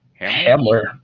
Hamler